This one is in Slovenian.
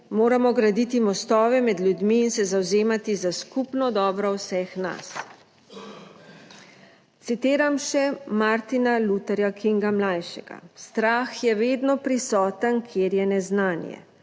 moramo graditi mostove med ljudmi in se zavzemati za skupno dobro vseh nas. Citiram še Martina Lutherja Kinga mlajšega: "Strah je vedno prisoten, kjer je neznanje.